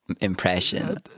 impression